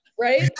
Right